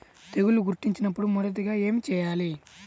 తెగుళ్లు గుర్తించినపుడు మొదటిగా ఏమి చేయాలి?